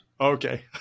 Okay